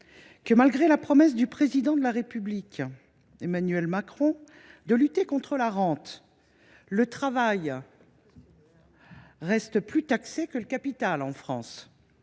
que, malgré la promesse du Président de la République, Emmanuel Macron, de lutter contre la rente, le travail reste davantage taxé que le capital en France.